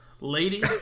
lady